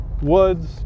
woods